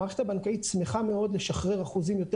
המערכת הבנקאית שמחה מאוד לשחרר אחוזים יותר